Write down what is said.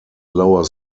lower